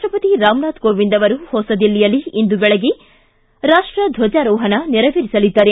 ರಾಷ್ಲಸತಿ ರಾಮನಾಥ್ ಕೋವಿಂದ್ ಅವರು ದಿಲ್ಲಿಯಲ್ಲಿ ಇಂದು ಬೆಳಗ್ಗೆ ರಾಷ್ಲದ್ವಚಾರೋಹಣ ನೇರವೇರಿಸಲಿದ್ದಾರೆ